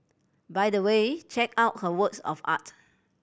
by the way check out her works of art